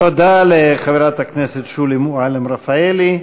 תודה לחברת הכנסת שולי מועלם-רפאלי.